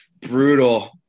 Brutal